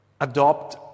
adopt